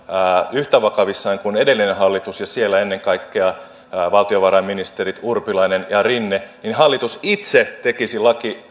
yhtä vakavissaan kuin edellinen hallitus ja siellä ennen kaikkea valtiovarainministerit urpilainen ja rinne niin hallitus itse tekisi